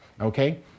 Okay